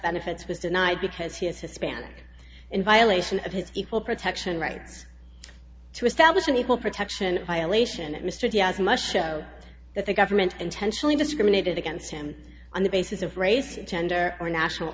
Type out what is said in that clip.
benefits was denied because he is hispanic in violation of his equal protection rights to establish an equal protection violation and mr diaz musher that the government intentionally discriminated against him on the basis of race and gender or national